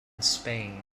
spain